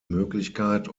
möglichkeit